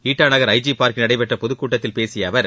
இட்டா நகர் I G பார்க்கில் நடைபெற்ற பொதுக்கூட்டத்தில் பேசிய அவர்